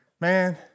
man